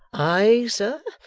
ay, sir,